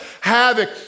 havoc